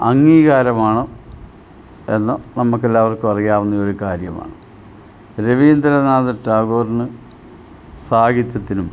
അംഗീകാരമാണ് എന്ന് നമുക്കെല്ലാവർക്കും അറിയാവുന്നെയൊരു കാര്യമാണ് രവീന്ദ്രനാഥ ടാഗോറിന് സാഹിത്യത്തിനും